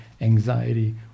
anxiety